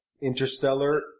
Interstellar